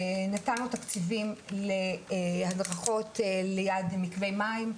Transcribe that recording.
נתנו תקציבים להדרכות ליד מקווה מים,